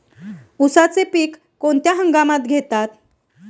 उसाचे पीक कोणत्या हंगामात घेतात?